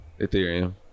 Ethereum